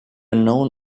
known